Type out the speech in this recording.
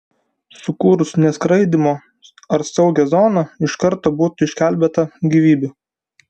sukūrus neskraidymo ar saugią zoną iš karto būtų išgelbėta gyvybių